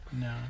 No